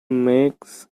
makes